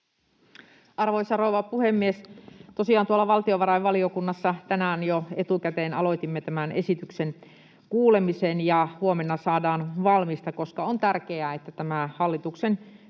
Arvoisa rouva puhemies! Tosiaan tuolla valtiovarainvaliokunnassa tänään jo etukäteen aloitimme tämän esityksen kuulemisen ja huomenna saadaan valmista, koska on tärkeää, että tämä hallituksen